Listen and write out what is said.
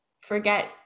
forget